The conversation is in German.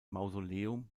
mausoleum